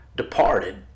Departed